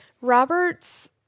Robert's